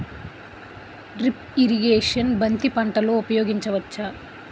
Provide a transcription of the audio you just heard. Drip irrigation బంతి పంటలో ఊపయోగించచ్చ?